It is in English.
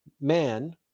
man